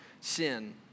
sin